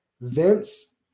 Vince